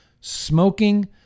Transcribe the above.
smoking